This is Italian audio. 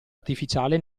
artificiale